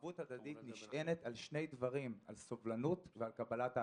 ערבות הדדית נשענת על שני דברים: על סובלנות ועל קבלת האחר.